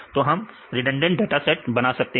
तो हम redundant data set बना सकते हैं